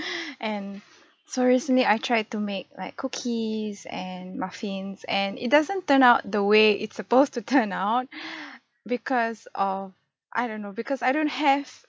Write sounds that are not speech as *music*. *breath* and so recently I tried to make like cookies and muffins and it doesn't turn out the way it's supposed to *laughs* turn out *breath* because of I don't know because I don't have